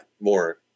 more